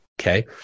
Okay